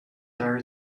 there